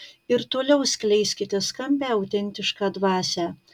ir toliau skleiskite skambią autentišką dvasią